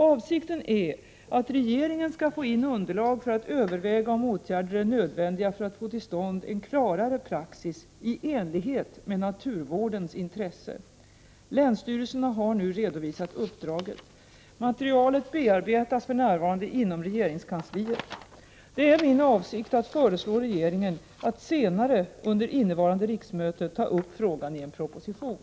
Avsikten är att regeringen skall få in underlag för att överväga om åtgärder är nödvändiga för att få till stånd en klarare praxis i enlighet med naturvårdens intresse. Länsstyrelserna har nu redovisat uppdraget. Materialet bearbetas för närvarande inom regeringskansliet. Det är min avsikt att föreslå regeringen att senare under innevarande riksmöte ta upp frågan i en proposition.